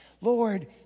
Lord